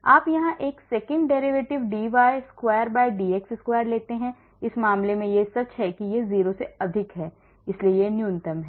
आप यहाँ एक second derivative dy squared x square लेते हैं इस मामले में यह सच है कि यह 0 से अधिक है इसलिए यह न्यूनतम है